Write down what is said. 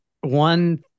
one